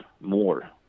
more